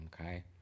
Okay